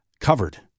covered